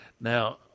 Now